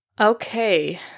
Okay